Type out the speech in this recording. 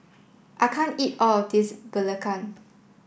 I can't eat all of this Belacan